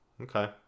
Okay